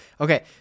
Okay